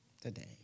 today